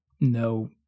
no